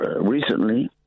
recently